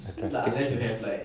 trustings